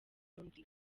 burundi